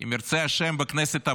אם ירצה השם בכנסת הבאה,